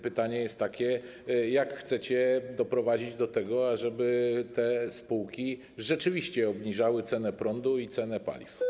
Pytanie jest takie: Jak chcecie doprowadzić do tego, ażeby te spółki rzeczywiście obniżały cenę prądu i cenę paliw?